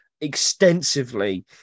extensively